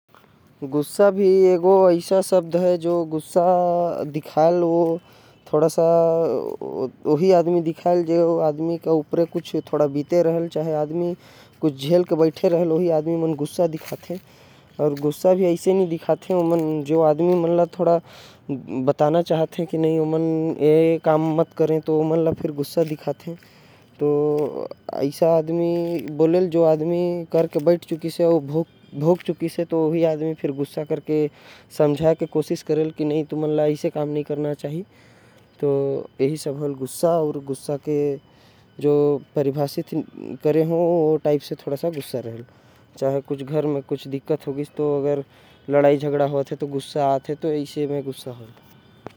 गुस्सा ऐसा शब्द हवे जो आदमी गुस्सा दिखाल जेकर। ऊपर कुछ बीते हो चाहे झेले हो जो आदमी के ऊपर बीते होएल। जो आदमी बिगड़ल काम कर के बैठे रहेल ओहि। आदमी गुस्सा दिखाते जो भोग चुके रहेल वही बोलेल की तुमन ला। ऐसे काम नही करे के चाहि यही गुस्सा के परिभाषित करे हो ओहि। टाइप ले होथे जैसे घरे कुछ हो गइस घरे लइका। डवकी काम ला बिगड़ देथे तो होहर भी गुस्सा लागेल।